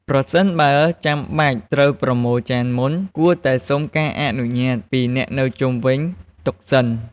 ប្រសិនបើចាំបាច់ត្រូវប្រមូលចានមុន គួរតែសុំការអនុញ្ញាតពីអ្នកនៅជុំវិញតុសិន ។